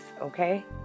okay